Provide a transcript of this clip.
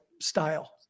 style